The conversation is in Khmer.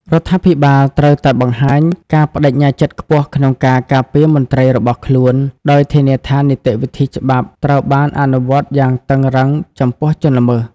រដ្ឋាភិបាលត្រូវតែបង្ហាញការប្ដេជ្ញាចិត្តខ្ពស់ក្នុងការការពារមន្ត្រីរបស់ខ្លួន ដោយធានាថានីតិវិធីច្បាប់ត្រូវបានអនុវត្តយ៉ាងតឹងរ៉ឹងចំពោះជនល្មើស។